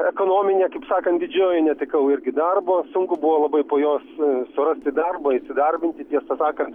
ekonominė kaip sakant didžioji netekau irgi darbo sunku buvo labai po jos surasti darbą įsidarbinti tiesą sakant